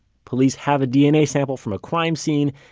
police have a dna sample from a crime scene,